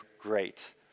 great